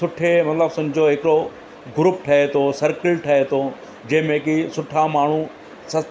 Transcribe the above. सुठे मतिलबु सम्झो हिकिड़ो ग्रुप ठहे थो सर्कल ठहे थो जंहिंमें की सुठा माण्हू सत